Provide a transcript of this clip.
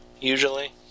usually